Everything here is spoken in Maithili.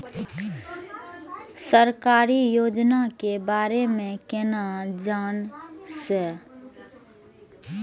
सरकारी योजना के बारे में केना जान से?